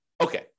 Okay